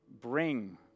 bring